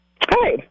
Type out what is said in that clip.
Hi